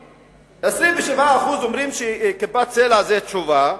27% אומרים ש"כיפת ברזל" זאת התשובה,